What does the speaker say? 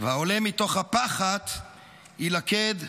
והעולה מתוך הפחת יִלכד בפח,